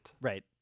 Right